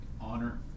honor